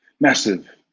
Massive